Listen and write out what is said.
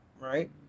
right